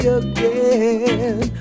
again